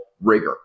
rigor